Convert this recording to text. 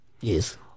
Yes